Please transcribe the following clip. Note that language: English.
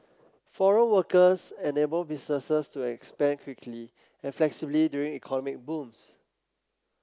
foreign workers enable businesses to expand quickly and flexibly during economic booms